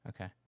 Okay